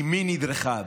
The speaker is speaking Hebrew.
אימי נדרכה.